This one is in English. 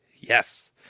yes